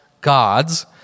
gods